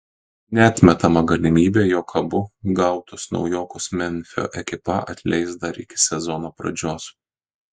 neatmetama galimybė jog abu gautus naujokus memfio ekipa atleis dar iki sezono pradžios